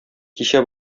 кичә